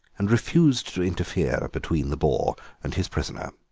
and refused to interfere between the boar and his prisoner.